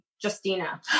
Justina